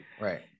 Right